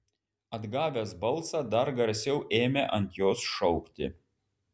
atgavęs balsą dar garsiau ėmė ant jos šaukti